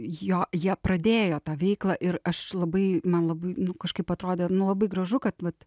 jo jie pradėjo tą veiklą ir aš labai man labai nu kažkaip atrodė nu labai gražu kad vat